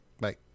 Bye